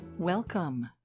Welcome